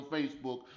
Facebook